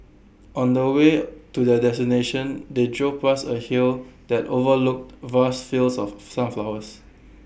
on the way to their destination they drove past A hill that overlooked vast fields of sunflowers